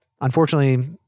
unfortunately